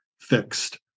fixed